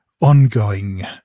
ongoing